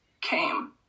came